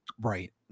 Right